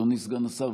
אדוני סגן השר,